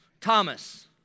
Thomas